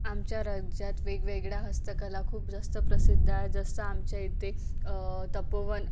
आमच्या राज्यात वेगवेगळ्या हस्तकला खूप जास्त प्रसिद्ध आहे जसं आमच्या इथे तपोवन